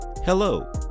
Hello